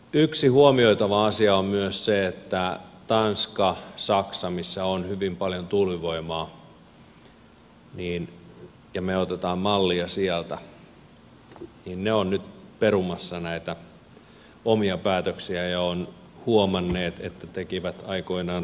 yksi huomioitava asia on myös se että tanskassa saksassa missä on hyvin paljon tuulivoimaa ja me otamme mallia sieltä ne ovat nyt perumassa näitä omia päätöksiään ja ovat huomanneet että tekivät aikoinaan huonoja päätöksiä